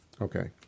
Okay